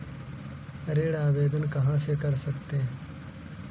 ऋण आवेदन कहां से कर सकते हैं?